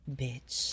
bitch